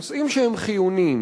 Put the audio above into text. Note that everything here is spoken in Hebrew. נושאים שהם חיוניים,